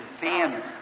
thin